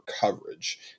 coverage